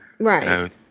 Right